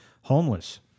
homeless